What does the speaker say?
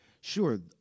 Sure